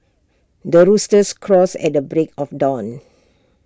the rooster crows at the break of dawn